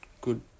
good